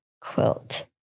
quilt